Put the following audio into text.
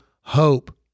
hope